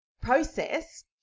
process